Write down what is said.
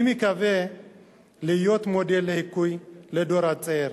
אני מקווה להיות מודל לחיקוי לדור הצעיר.